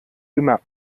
immer